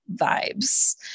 vibes